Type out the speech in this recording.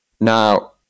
Now